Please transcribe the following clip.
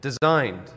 designed